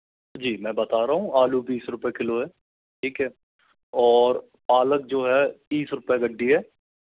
जी मैं बता रहा हूँ आलू बीस रूपए किलो हैं ठीक है और पालक जो हैं तीस रुपए गड्ढी है